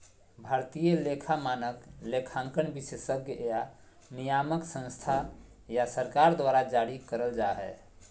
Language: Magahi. भारतीय लेखा मानक, लेखांकन विशेषज्ञ या नियामक संस्था या सरकार द्वारा जारी करल जा हय